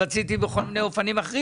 רציתי בכל מיני אופנים אחרים